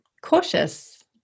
cautious